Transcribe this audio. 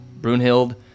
brunhild